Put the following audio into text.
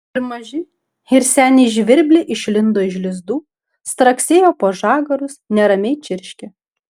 ir maži ir seniai žvirbliai išlindo iš lizdų straksėjo po žagarus neramiai čirškė